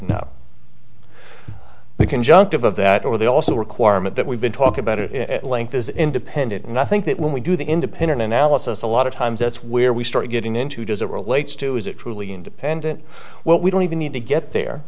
conjunctive of that or they also requirement that we've been talking about it at length is independent and i think that when we do the independent analysis a lot of times that's where we start getting into does it relates to is it truly independent what we don't even need to get there